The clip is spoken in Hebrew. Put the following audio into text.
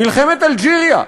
מלחמת אלג'יריה,